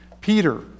Peter